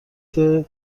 افرا